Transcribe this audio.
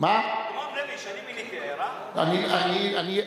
אדמונד לוי, שאני מיניתי, היה רע?